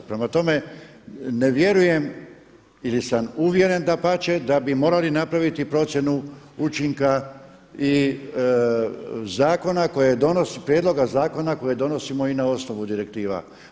Prema tome, ne vjerujem ili sam uvjeren dapače da bi morali napraviti procjenu učinka i prijedloga zakona koje donosimo i na osnovu direktiva.